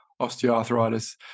osteoarthritis